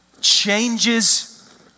changes